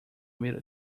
media